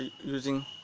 using